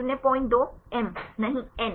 02 M नहीं N